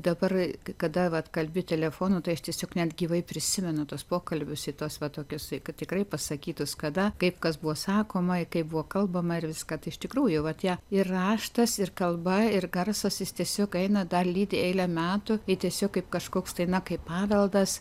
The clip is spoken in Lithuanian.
dabar kada vat kalbi telefonu tai aš tiesiog net gyvai prisimenu tuos pokalbius ir tuos va tokius kad tikrai pasakytus kada kaip kas buvo sakoma ir kaip buvo kalbama ir viską iš tikrųjų va tie ir raštas ir kalba ir garsas jis tiesiog eina dar lydi eilę metų tai tiesiog kaip kažkoks tai na kaip paveldas